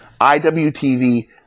IWTV